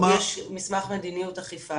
יש מסמך מדיניות אכיפה